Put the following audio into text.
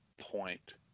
point